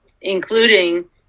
including